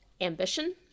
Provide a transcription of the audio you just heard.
ambition